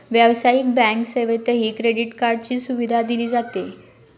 व्यावसायिक बँक सेवेतही क्रेडिट कार्डची सुविधा दिली जाते